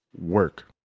work